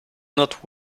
not